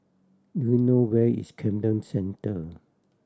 do you know where is Camden Centre